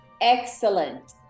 excellent